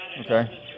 Okay